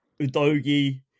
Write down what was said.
Udogi